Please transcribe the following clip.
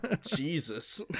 Jesus